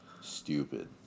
stupid